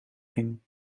ging